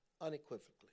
unequivocally